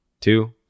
two